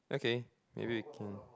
okay maybe you can